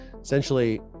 essentially